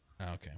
Okay